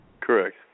Correct